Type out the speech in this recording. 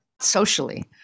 socially